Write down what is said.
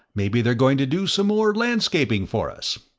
maybe they're going to do some more landscaping for us.